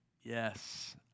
yes